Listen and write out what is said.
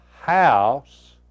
house